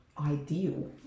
ideal